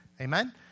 Amen